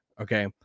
okay